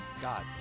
God